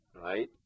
right